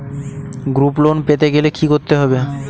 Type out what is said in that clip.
Group loan পেতে গেলে কি করতে হবে?